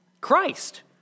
Christ